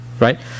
Right